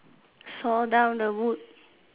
saw down the wood